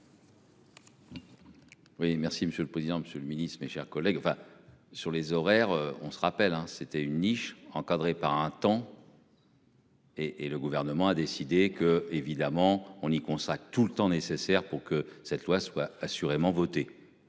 Oui, merci Monsieur. Le président, Monsieur le Ministre, mes chers collègues, enfin sur les horaires, on se rappelle hein c'était une niche encadré par un temps. Et et le gouvernement a décidé que évidemment on y consacre tout le temps nécessaire pour que cette loi soit assurément voter.